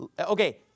Okay